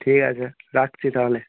ঠিক আছে রাখছি তাহলে